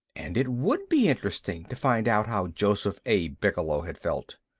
and it would be interesting to find out how joseph a. bigelow had felt.